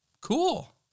Cool